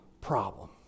problem